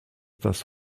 das